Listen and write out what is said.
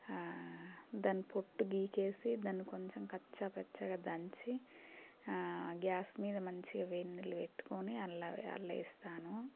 దాని పొట్టు గీకేసి దాన్ని కొంచెం కచ్చాపచ్చాగా దంచి గ్యాస్ మీద మంచిగా వేడి నీళ్ళు పెట్టుకోని అల్ల అందులో వేస్తాను